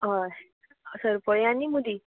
हय सरपळी आनी मुदी